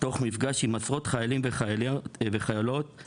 תוך מפגש עם עשרות חיילים וחיילות ותוך